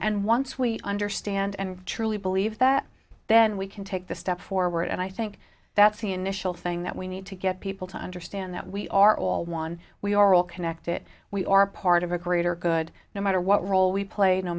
and once we understand and truly believe that then we can take the step forward and i think that's the initial thing that we need to get people to understand that we are all one we are all connected we are part of a greater good no matter what role we play no